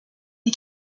des